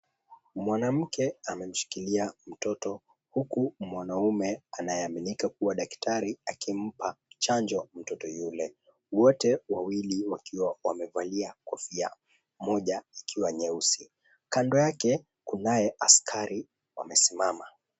Mwanamke anamshikilia mtoto huku mwanaume anayeaminika kuwa daktari akimpa chanjo mtoto yule wote wawili wakiwa wamevalia kofia moja ikiwa nyeusi. Kando yake kunaye askari amesimama.